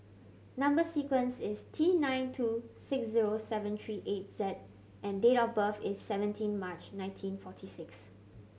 number sequence is T nine two six zero seven three eight Z and date of birth is seventeen March nineteen forty six